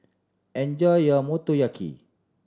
enjoy your Motoyaki